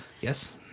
Yes